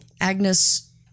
Agnes